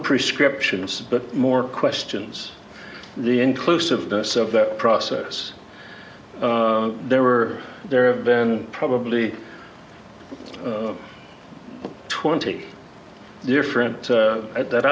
prescriptions but more questions the inclusiveness of the process there were there have been probably twenty different at that